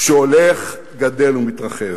שהולך וגדל ומתרחב,